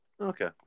Okay